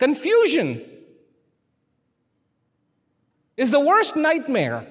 confusion is the worst nightmare